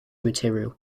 material